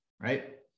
right